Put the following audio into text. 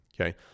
okay